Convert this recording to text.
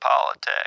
politics